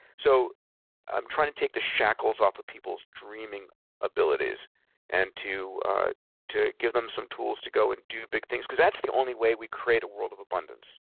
so i'm trying to take the shackles off of people's dreaming abilities and to to give them some tools to go and do big things because that's the only way we create a world of abundance.